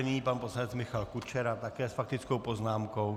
Nyní pan poslanec Michal Kučera, také s faktickou poznámkou.